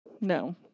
No